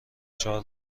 چهار